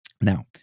Now